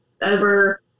Over